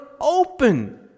open